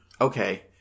okay